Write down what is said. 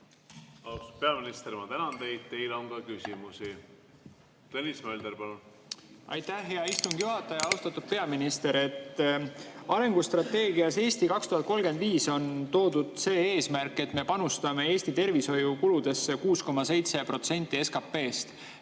peaminister, ma tänan teid! Teile on ka küsimusi. Tõnis Mölder, palun! Aitäh, hea istungi juhataja! Austatud peaminister! Arengustrateegias "Eesti 2035" on toodud eesmärk, et me panustame Eesti tervishoiukuludesse 6,7% SKP‑st.